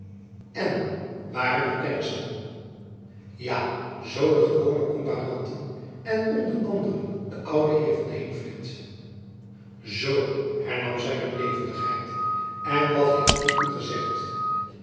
en waren er kennissen ja zoo de gewone komparanten en onder anderen de oude heer van heenvliet zoo hernam zy met levendigheid en wat heeft die u gezegd